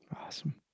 Awesome